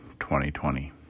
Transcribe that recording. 2020